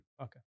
Okay